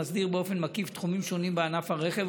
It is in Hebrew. מסדיר באופן מקיף תחומים שונים בענף הרכב,